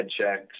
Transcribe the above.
checks